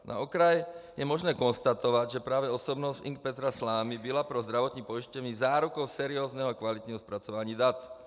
Na okraj je možné konstatovat, že právě osobnost Ing. Petra Slámy byla pro zdravotní pojišťovny zárukou seriózního kvalitního zpracování dat.